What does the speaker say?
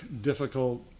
difficult